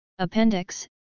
Appendix